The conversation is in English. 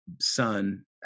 son